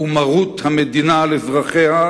ומרות המדינה על אזרחיה,